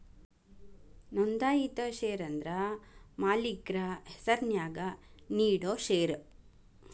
ನೋಂದಾಯಿತ ಷೇರ ಅಂದ್ರ ಮಾಲಕ್ರ ಹೆಸರ್ನ್ಯಾಗ ನೇಡೋ ಷೇರ